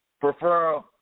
prefer